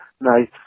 nice